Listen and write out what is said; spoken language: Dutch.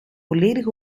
volledig